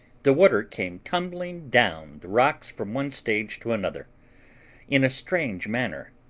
the water came tumbling down the rocks from one stage to another in a strange manner,